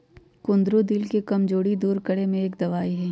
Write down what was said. कुंदरू दिल के कमजोरी दूर करे में एक दवाई हई